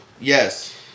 Yes